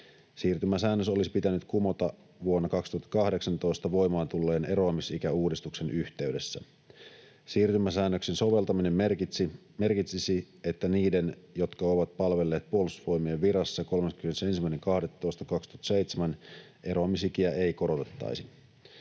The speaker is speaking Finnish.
Siirtymäsäännös olisi pitänyt kumota vuonna 2018 voimaan tulleen eroamisikäuudistuksen yhteydessä. Siirtymäsäännöksen soveltaminen merkitsisi, että niiden, jotka ovat palvelleet Puolustusvoimien virassa 31.12.2007, eroamisikiä ei korotettaisi.